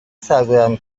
سرگرم